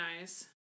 eyes